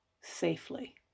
safely